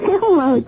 Hello